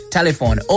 Telephone